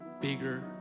bigger